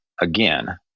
again